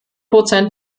prozent